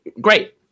great